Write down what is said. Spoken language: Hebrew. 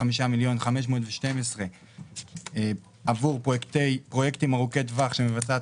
75.512 מיליון עבור פרויקטים ארוכי טווח שמבצעת